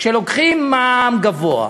כשלוקחים מע"מ גבוה,